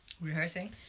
rehearsing